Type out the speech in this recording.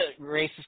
racist